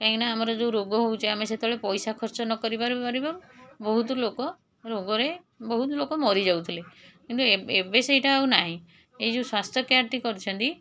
କାଇଁକିନା ଆମର ଯେଉଁ ରୋଗ ହେଉଛି ଆମେ ସେତେବେଳେ ପଇସା ଖର୍ଚ୍ଚ ନ କରିପାରି ପାରିବ ବହୁତ ଲୋକ ରୋଗରେ ବହୁତ ଲୋକ ମରିଯାଉଥିଲେ କିନ୍ତୁ ଏବେ ସେଇଟା ଆଉ ନାହିଁ ଏଇ ଯେଉଁ ସ୍ୱାସ୍ଥ୍ୟ କାର୍ଡ଼ଟି କରିଛନ୍ତି